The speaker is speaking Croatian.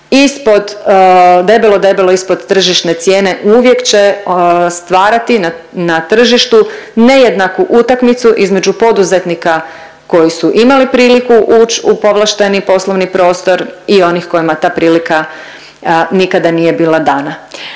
debelo, debelo ispod tržišne cijene uvijek će stvarati na tržištu nejednaku utakmicu između poduzetnika koji su imali priliku uć u povlašteni poslovni prostor i onih kojima ta prilika nikada nije bila dana.